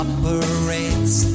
Operates